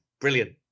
Brilliant